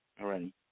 already